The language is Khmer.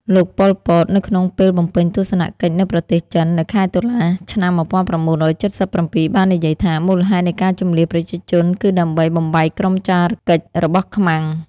លោក ប៉ុល ពត នៅក្នុងពេលបំពេញទស្សនកិច្ចនៅប្រទេសចិននៅខែតុលា ឆ្នាំ ១៩៧៧ បាននិយាយថា មូលហេតុនៃការជម្លៀសប្រជាជនគឺដើម្បីបំបែកក្រុមចារកិច្ចរបស់ខ្មាំង។